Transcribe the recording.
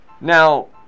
Now